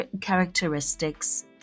characteristics